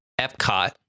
Epcot